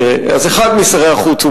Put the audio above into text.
יש כמה שרי חוץ כנראה.